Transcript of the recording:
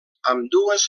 ambdues